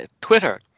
Twitter